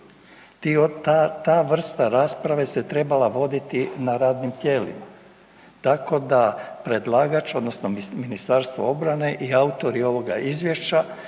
ta vrsta rasprave se trebala voditi na radnim tijelima tako da predlagač odnosno Ministarstvo obrane i autori ovoga Izvješća